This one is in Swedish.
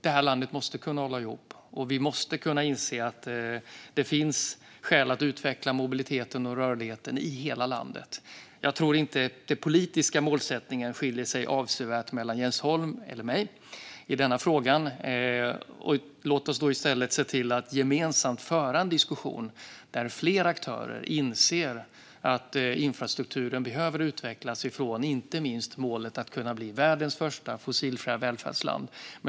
Detta land måste kunna hålla ihop, och vi måste inse att det finns skäl att utveckla mobiliteten och rörligheten i hela landet. Jag tror inte att min politiska målsättning skiljer sig avsevärt från Jens Holms i denna fråga. Låt oss då i stället se till att gemensamt föra en diskussion så att fler aktörer inser att infrastrukturen behöver utvecklas, inte minst utifrån målet att Sverige ska bli världens första fossilfria välfärdsland!